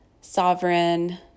sovereign